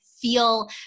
feel